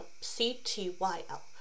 c-t-y-l